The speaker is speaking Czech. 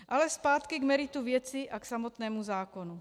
Ale zpátky k meritu věci a k samotnému zákonu.